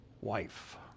wife